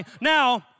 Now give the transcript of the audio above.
Now